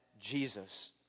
Jesus